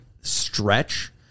stretch